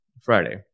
Friday